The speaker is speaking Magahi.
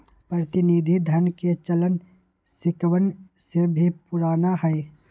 प्रतिनिधि धन के चलन सिक्कवन से भी पुराना हई